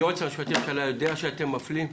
היועץ המשפטי לממשלה יודע שאתם מפלים?